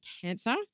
cancer